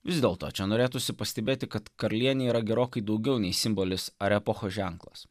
vis dėlto čia norėtųsi pastebėti kad karalienė yra gerokai daugiau nei simbolis ar epochos ženklas